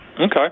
okay